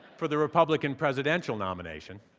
for the republican presidential nomination,